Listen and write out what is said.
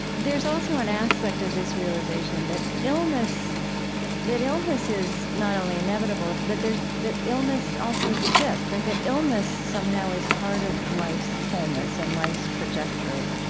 there's also an aspect of this realization that illness that illness is not only inevitable, but that illness also is a gift, right? that illness somehow is part of life's wholeness, and life's trajectory,